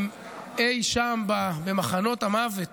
אם אי שם במחנות המוות